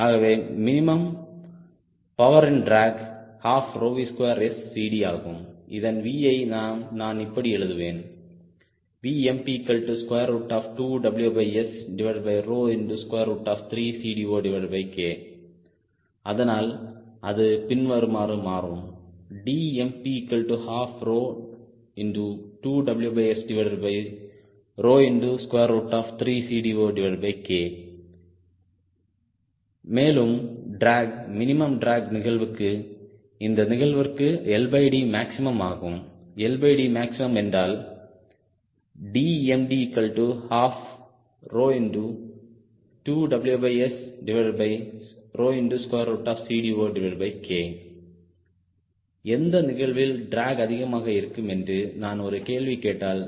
ஆகவே மினிமும் பவரின் drag 12V2SCD ஆகும் இதன் V யை நான் இப்படி எழுதுவேன் VmP2WS3CD0K அதனால் அது பின்வருமாறு மாறும் DmP122WS3CD0K மேலும் டிராக் மினிமம் டிராக் நிகழ்வுக்குஇந்த நிகழ்விற்கு LD மேக்ஸிமம் ஆகும் LDமேக்ஸிமம் என்றால் DmD122WSCD0K எந்த நிகழ்வில் டிராக் அதிகமாக இருக்கும் என்று நான் ஒரு கேள்வி கேட்டால்